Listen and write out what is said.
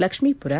Lakshmipura